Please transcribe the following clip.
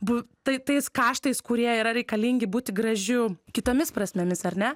bu tai tais kaštais kurie yra reikalingi būti gražiu kitomis prasmėmis ar ne